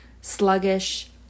sluggish